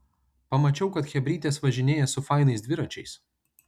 pamačiau kad chebrytės važinėja su fainais dviračiais